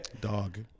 Dog